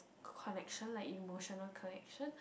connection like emotional connection